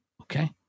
Okay